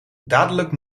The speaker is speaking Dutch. dadelijk